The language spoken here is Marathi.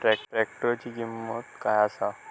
ट्रॅक्टराची किंमत काय आसा?